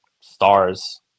stars